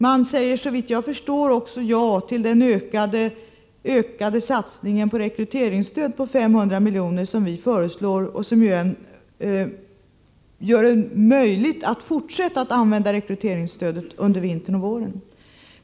Man säger, såvitt jag förstår, också ja till den ökade satsningen på rekryteringsstöd på 500 miljoner, vilket vi föreslår och som gör det möjligt att fortsätta att använda rekryteringsstödet under vintern och våren.